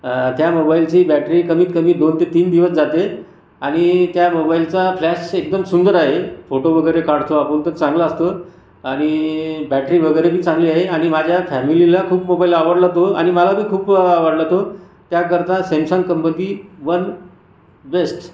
त्या मोबाईलची बॅटरी कमीत कमी दोन ते तीन दिवस जाते आणि त्या मोबाईलचा फ्लॅश एकदम सुंदर आहे फोटो वगैरे काढतो आपण तर चांगलं असतो आणि बॅटरी वगैरे बी चांगली आहे आणि माझ्या फॅमिलीला खूप मोबाईल आवडला तो आणि मला पण खूप आवडला तो आणि त्याकरता सॅमसंग कंपनी वन बेस्ट